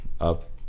up